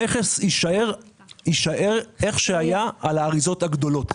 היושב ראש,